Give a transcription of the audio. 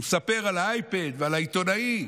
הוא מספר על האייפד ועל העיתונאי.